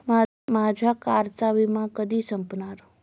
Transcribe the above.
माझ्या कारचा विमा कधी संपणार